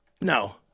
No